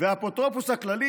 והאפוטרופוס הכללי,